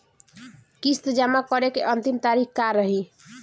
किस्त जमा करे के अंतिम तारीख का रही?